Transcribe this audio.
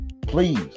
please